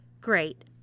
Great